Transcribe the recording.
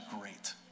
great